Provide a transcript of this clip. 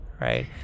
right